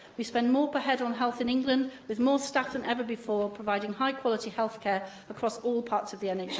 we spend more per head on health than and england, with more staff than ever before providing high-quality healthcare across all parts of the nhs.